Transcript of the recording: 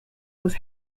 was